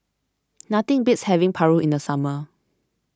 nothing beats having Paru in the summer